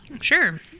Sure